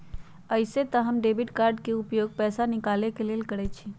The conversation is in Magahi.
अइसे तऽ हम डेबिट कार्ड के उपयोग पैसा निकाले के लेल करइछि